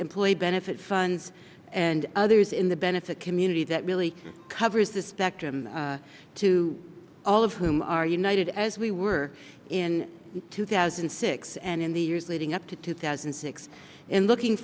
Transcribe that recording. employee benefits funds and others in the benefit community that really covers the spectrum to all of whom are united as we were in two thousand and six and in the years leading up to two thousand and six and looking